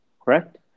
correct